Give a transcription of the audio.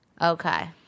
Okay